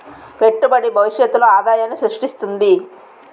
పెట్టుబడి భవిష్యత్తులో ఆదాయాన్ని స్రృష్టిస్తుంది